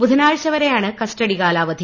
ബുധനാഴ്ചവരെയാണ് custody കാലാവധി